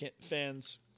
fans